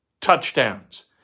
touchdowns